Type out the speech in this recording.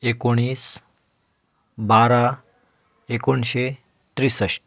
एकोणीस बारा एकोणशे त्रेसश्ठ